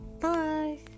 Bye